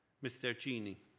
mr. genie,